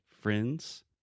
friends